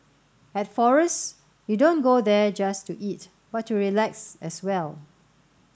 at Forest you don't go there just to eat but to relax as well